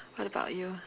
what about you